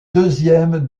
deuxième